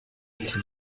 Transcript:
iki